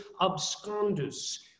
abscondus